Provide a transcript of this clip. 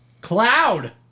Cloud